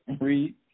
Read